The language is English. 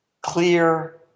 clear